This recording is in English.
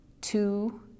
two